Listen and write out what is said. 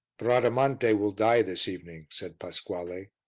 bradamante will die this evening, said pasquale.